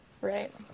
Right